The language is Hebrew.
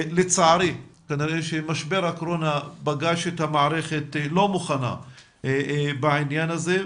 לצערי כנראה שמשבר הקורונה פגש את המערכת לא מוכנה בעניין הזה,